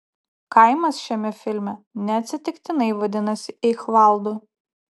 kaimas šiame filme neatsitiktinai vadinasi eichvaldu